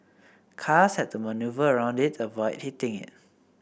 cars had to manoeuvre around it to avoid hitting it